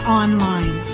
online